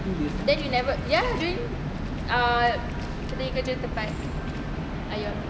then you never ya during uh kita nya kerja dekat tempat ion